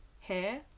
hair